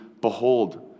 behold